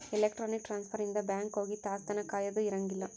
electronic transfer ಇಂದ bank ಹೋಗಿ ತಾಸ್ ತನ ಕಾಯದ ಇರಂಗಿಲ್ಲ